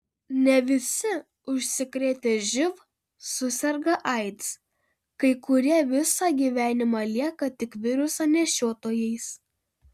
ne visi užsikrėtę živ suserga aids kai kurie visą gyvenimą lieka tik viruso nešiotojais